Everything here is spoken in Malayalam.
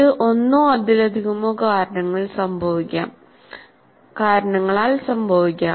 ഇത് ഒന്നോ അതിലധികമോ കാരണങ്ങളാൽ സംഭവിക്കാം